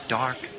dark